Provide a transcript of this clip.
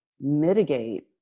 mitigate